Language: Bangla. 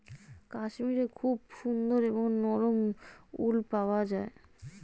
কাশ্মীরে খুবই সুন্দর এবং নরম উল পাওয়া যায়